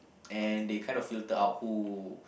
and they kind of filter out who